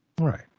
Right